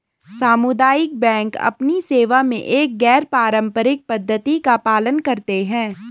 सामुदायिक बैंक अपनी सेवा में एक गैर पारंपरिक पद्धति का पालन करते हैं